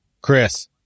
chris